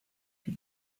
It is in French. dès